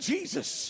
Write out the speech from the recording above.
Jesus